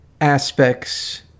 aspects